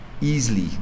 easily